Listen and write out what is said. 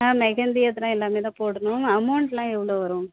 ஆ மெகந்தி அதெலாம் எல்லாமே தான் போடணும் அமௌண்ட் எல்லாம் எவ்வளோ வரும்